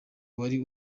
wari